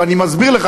ואני מסביר לך,